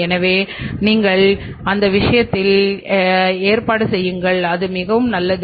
எனவே நீங்கள் அந்த விஷயத்தில் ஏற்றப்படுவீர்கள் அது மிகவும் நல்லது